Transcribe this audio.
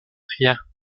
rien